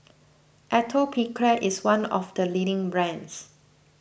Atopiclair is one of the leading brands